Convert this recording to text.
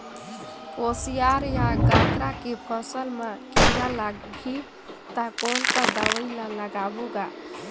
कोशियार या गन्ना के फसल मा कीरा लगही ता कौन सा दवाई ला लगाबो गा?